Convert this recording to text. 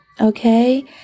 Okay